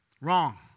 Wrong